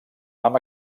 amb